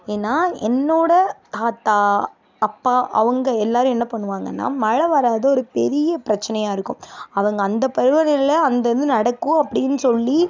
ஏன்னா என்னோட தாத்தா அப்பா அவங்க எல்லோரும் என்ன பண்ணுவாங்கனா மழை வராதது ஒரு பெரிய பிரச்சனையாக இருக்கும் அவங்க அந்த பருவ நிலையில் அந்த இது நடக்கும் அப்படின்னு சொல்லி